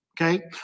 Okay